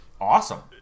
awesome